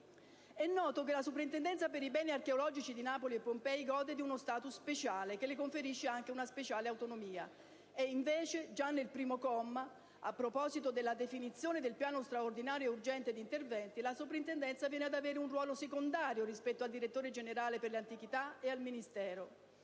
È noto che la soprintendenza per i beni archeologici di Napoli e Pompei gode di uno *status* speciale che le conferisce anche una speciale autonomia. Invece, già nel comma 1, a proposito della definizione di un programma straordinario e urgente di interventi, la soprintendenza viene ad avere un ruolo secondario rispetto al direttore generale per le antichità e al Ministero.